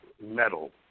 metal